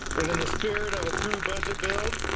in in the spirit of a true budget build